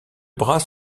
bras